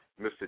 Mr